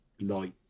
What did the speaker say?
light